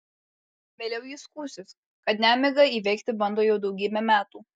vėliau ji skųsis kad nemigą įveikti bando jau daugybę metų